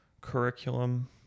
curriculum